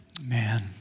Man